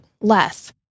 less